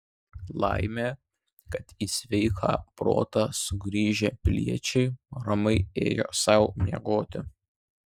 laimė kad į sveiką protą sugrįžę piliečiai ramiai sau ėjo miegoti